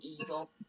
evil